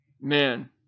man